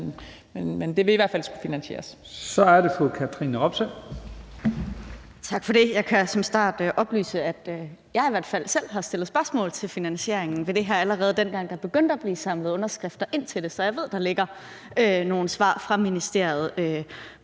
er det fru Katrine Robsøe. Kl. 12:43 Katrine Robsøe (RV): Tak for det. Jeg kan som start oplyse, at i hvert fald jeg selv har stillet spørgsmål til finansieringen ved det her, allerede dengang man begyndte at samle underskrifter ind til det, så jeg ved, der ligger nogle svar fra ministeriet